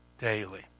daily